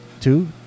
Two